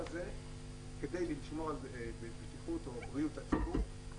כדי לשמור על בטיחות או בריאות הציבור,